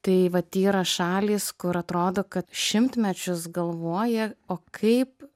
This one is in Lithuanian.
tai vat yra šalys kur atrodo kad šimtmečius galvoja o kaip